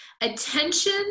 attention